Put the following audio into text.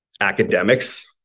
academics